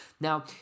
Now